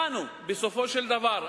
אלינו בסופו של דבר.